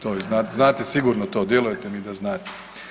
To vi znate, znate sigurno to, djelujete mi da znate.